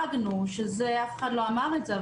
אף אחד לא אמר את זה,